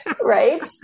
Right